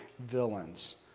villains